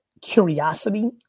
curiosity